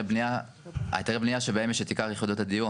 הבניה שבהם יש את עיקר יחידות הדיור,